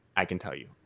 i can tell you.